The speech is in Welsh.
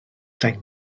deng